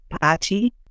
party